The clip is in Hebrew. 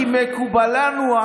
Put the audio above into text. כי מקובל עלינו,